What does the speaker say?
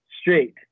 straight